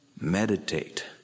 meditate